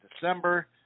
December